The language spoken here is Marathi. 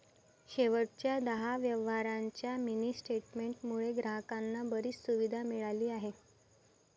शेवटच्या दहा व्यवहारांच्या मिनी स्टेटमेंट मुळे ग्राहकांना बरीच सुविधा मिळाली आहे